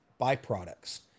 byproducts